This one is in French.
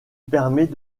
permet